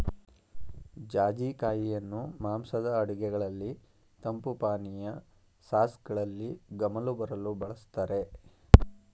ಜಾಜಿ ಕಾಯಿಯನ್ನು ಮಾಂಸದ ಅಡುಗೆಗಳಲ್ಲಿ, ತಂಪು ಪಾನೀಯ, ಸಾಸ್ಗಳಲ್ಲಿ ಗಮಲು ಬರಲು ಬಳ್ಸತ್ತರೆ